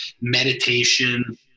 meditation